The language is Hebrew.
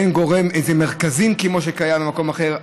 אין גורם, מרכזים, כמו שקיים במקום אחר.